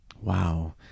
Wow